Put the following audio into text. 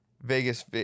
Vegas